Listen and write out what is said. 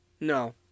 No